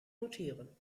notieren